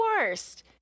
worst